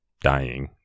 dying